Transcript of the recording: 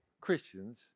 Christians